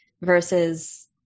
versus